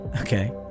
okay